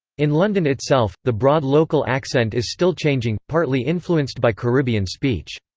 in london itself, the broad local accent is still changing, partly influenced by caribbean speech.